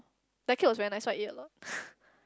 that cake was very nice so I ate a lot